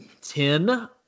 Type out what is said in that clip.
ten